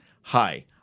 hi